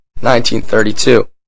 1932